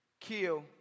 kill